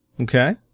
Okay